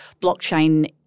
blockchain